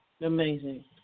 Amazing